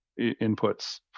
inputs